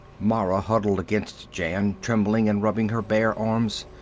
mara huddled against jan, trembling and rubbing her bare arms.